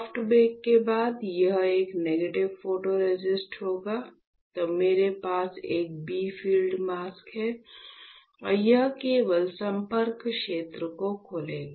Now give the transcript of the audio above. soft bake के बाद यह एक नेगेटिव फोटोरेसिस्ट होगा तो मेरे पास एक बी फील्ड मास्क है और यह केवल संपर्क क्षेत्र को खोलेगा